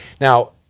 Now